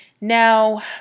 Now